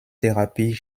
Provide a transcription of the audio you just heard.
therapie